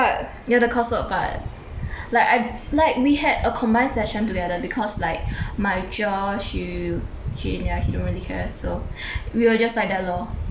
ya the coursework part like I like we had a combined session together because like my cher she she yeah he don't really care so we will just like that lor